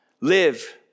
Live